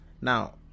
Now